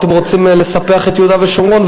אתם רוצים לספח את יהודה ושומרון.